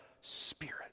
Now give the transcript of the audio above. Spirit